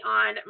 on